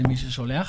למי ששולח.